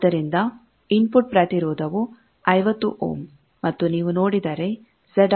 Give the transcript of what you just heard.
ಆದ್ದರಿಂದ ಇನ್ಫುಟ್ ಪ್ರತಿರೋಧವು 50 ಓಮ್ ಮತ್ತು ನೀವು ನೋಡಿದರೆ ಕೂಡ 50 ಓಮ್ ಆಗುತ್ತದೆ